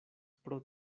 pro